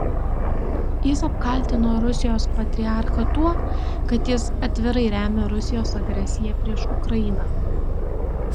jis apkaltino rusijos patriarchą tuo kad jis atvirai remia rusijos agresiją prieš ukrainą